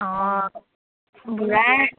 অঁ বুঢ়া